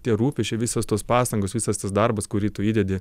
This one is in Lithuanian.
tie rūpesčiai visos tos pastangos visas tas darbas kurį tu įdedi